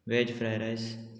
veg fried rice